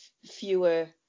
fewer